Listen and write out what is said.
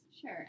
Sure